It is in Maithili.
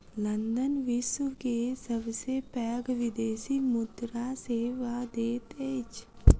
लंदन विश्व के सबसे पैघ विदेशी मुद्रा सेवा दैत अछि